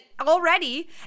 already